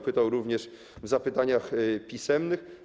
Pytał pan również w zapytaniach pisemnych.